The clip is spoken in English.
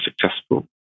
successful